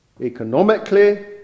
economically